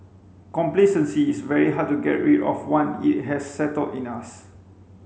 complacency is very hard to get rid of one it has settled in us